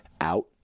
out